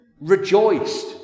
rejoiced